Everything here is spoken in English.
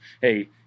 hey